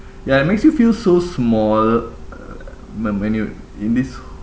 ya it makes you feel so small uh m~ minute in this